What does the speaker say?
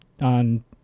on